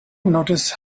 noticed